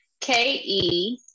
K-E